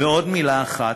ועוד מילה אחת: